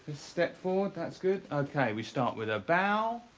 step forward. that's good. okay, we start with a bow.